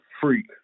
freak